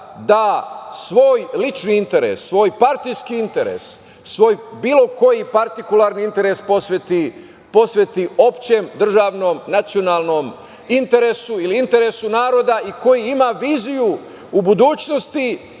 da svoj lični interes, svoj partijski interes, svoj bilo koji partikularni interes posveti opštem, državnom, nacionalnom interesu, ili interesu naroda i koji ima viziju u budućnosti